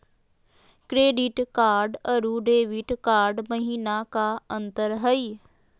Credit card अरू debit card महिना का अंतर हई?